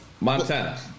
Montana